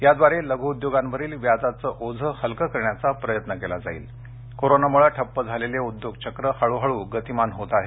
याद्वारे लघु उद्योगांवरील व्याजाचे ओझे हलके करण्याचा प्रयत्न केला जाईल कोरोनामुळे ठप्प झालेले उद्योगचक्र हळूहळू गतिमान होत आहे